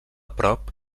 prop